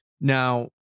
Now